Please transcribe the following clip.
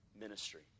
ministry